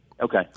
okay